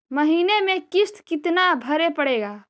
महीने में किस्त कितना भरें पड़ेगा?